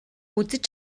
үзэж